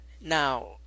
Now